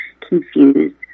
confused